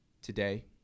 Today